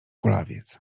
kulawiec